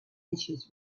inches